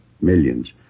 millions